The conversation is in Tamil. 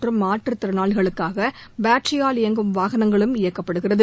மற்றும் மாற்றுத்திறனாளிகளுக்காக பாட்டரியால் முதியோ்கள் இயங்கும் வாகனங்களும் இயக்கப்படுகிறது